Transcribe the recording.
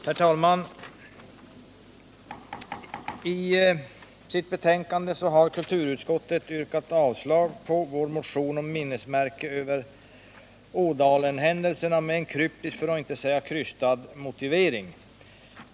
Herr talman! I sitt betänkande har kulturutskottet yrkat avslag på vår motion om ett minnesmärke över Ådalenhändelserna med en kryptisk, för att inte säga krystad, motivering.